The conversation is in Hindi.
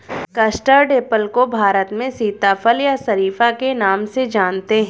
कस्टर्ड एप्पल को भारत में सीताफल या शरीफा के नाम से जानते हैं